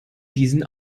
diesen